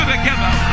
together